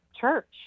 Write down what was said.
church